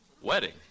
Wedding